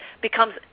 becomes